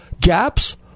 Gaps